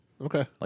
Okay